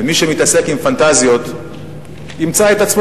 ומי שמתעסק עם פנטזיות ימצא את עצמו